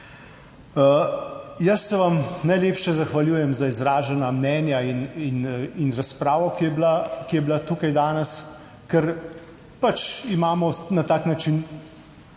Jaz se vam najlepše zahvaljujem za izražena mnenja in razpravo, ki je bila tukaj danes, ker pač imamo na tak način